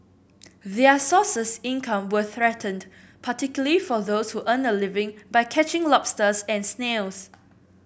their sources income were threatened particularly for those who earn a living by catching lobsters and snails